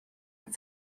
and